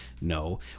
No